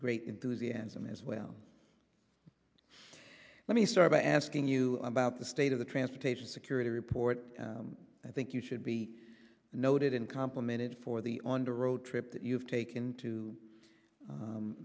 great enthusiasm as well let me start by asking you about the state of the transportation security report i think you should be noted and complimented for the on the road that you have taken to